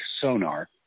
sonar